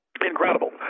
Incredible